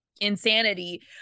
insanity